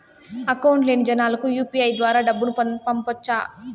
Account లేని జనాలకు UPI ద్వారా డబ్బును పంపొచ్చా?